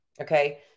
Okay